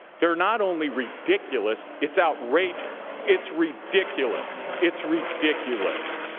they are not only ridiculous. it's outrageous. it's ridiculous. it's ridiculous.